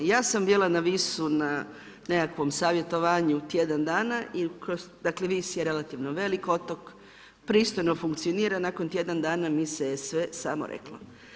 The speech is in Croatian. Ja sam bila na Visu na nekakvom savjetovanju tjedan dan i dakle Vis je relativno velik otok, pristojno funkcionira, nakon tjedan dana mi se sve samo reklo.